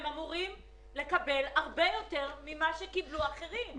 הם אמורים לקבל הרבה יותר ממה שקיבלו אחרים.